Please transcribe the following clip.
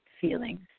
feelings